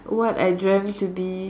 what I dreamt to be